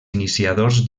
iniciadors